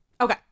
Okay